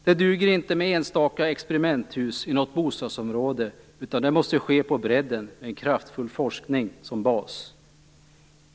Det duger inte med enstaka experimenthus i något bostadsområde, utan det måste ske på bredden och med en kraftfull forskning som bas.